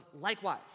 likewise